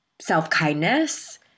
self-kindness